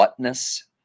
whatness